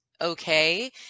Okay